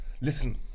listen